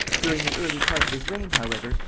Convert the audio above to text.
during the early part of this reign, however,